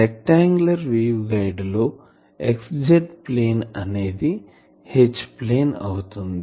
rectangular wave guide లో XZ plane అనేది H plane అవుతుంది